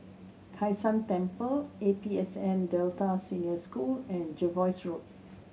Kai San Temple A P S N Delta Senior School and Jervois Road